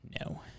No